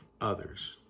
others